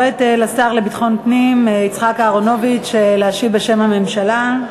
אני קוראת לשר לביטחון פנים יצחק אהרונוביץ להשיב בשם הממשלה.